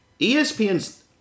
espn's